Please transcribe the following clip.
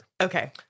Okay